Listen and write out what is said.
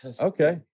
okay